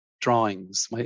drawings